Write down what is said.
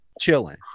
chilling